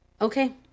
okay